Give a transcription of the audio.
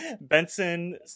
Benson